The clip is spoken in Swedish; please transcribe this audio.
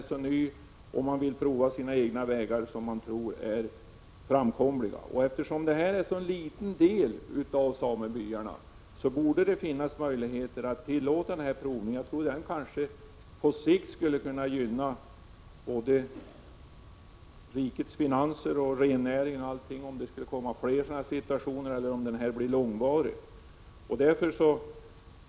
Samerna vill själva prova olika vägar som de tror är framkomliga. Eftersom det här gäller en så liten del av samebyarna, borde det finnas möjligheter att tillåta en sådan försöksverksamhet. Jag tror att det på sikt skulle kunna gynna både rikets finanser och rennäringen för den händelse att fler sådana här situationer skulle uppstå eller om den nuvarande skulle bli långvarig.